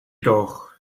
doch